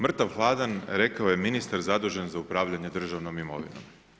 Mrtav-hladan rekao je ministar zadužen za upravljanje državnom imovinom.